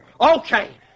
Okay